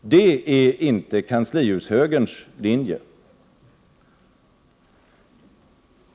Det är inte kanslihushögerns linje.